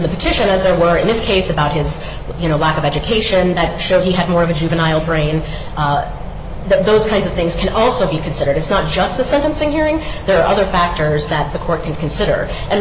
the petition as there were in this case about his you know lack of education that showed he had more of a juvenile brain that those kinds of things can also be considered it's not just the sentencing hearing there are other factors that the court can consider and